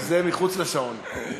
זה מחוץ לשעון.